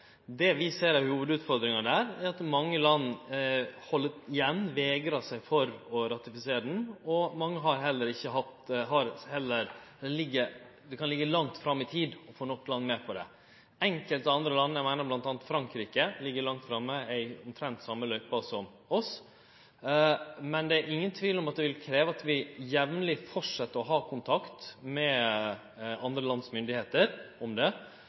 Det vi ser er hovudutfordringa, er at mange land held igjen, vegrar seg for å ratifisere. Det kan liggje langt fram i tid å få nok land med på det. Enkelte land, bl.a. Frankrike, meiner eg, ligg langt framme – er omtrent på same stad i løypa som oss. Men det er ingen tvil om at det vil krevje at vi jamleg fortset med å ha kontakt med andre lands myndigheiter om det,